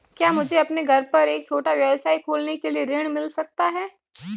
क्या मुझे अपने घर पर एक छोटा व्यवसाय खोलने के लिए ऋण मिल सकता है?